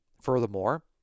Furthermore